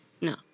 No